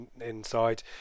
inside